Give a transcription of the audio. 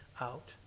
out